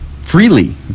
freely